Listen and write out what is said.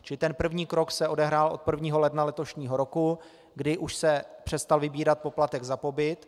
Čili ten první krok se odehrál 1. ledna letošního roku, kdy už se přestal vybírat poplatek za pobyt.